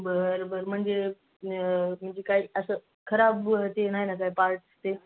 बरं बरं म्हणजे म्हणजे काय असं खराब ते नाही ना काय पार्ट्स ते